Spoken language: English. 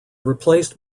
replaced